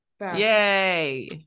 Yay